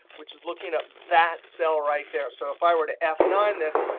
which is looking up that cell right there. so if i were to f nine this,